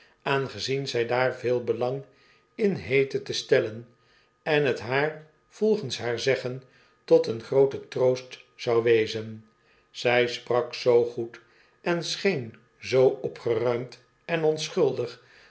aangezien zij daar veel belang in heette te stellen en t haar volgens haar zeggen tot een grooten troost zou wezen zij sprak zoo goed en scheen zoo opgeruimd en onschuldig